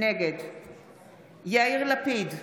נגד יאיר לפיד,